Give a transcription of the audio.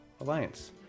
Alliance